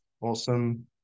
Awesome